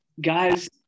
Guys